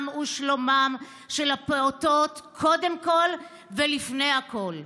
ושלומם של הפעוטות קודם כול ולפני הכול.